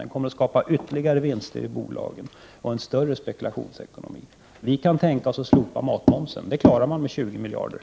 Den kommer att skapa ytterligare vinster i bolagen och en mer omfattande spekulationsekonomi. Vi kan tänka oss att slopa matmomsen — det klarar man med 20 miljarder.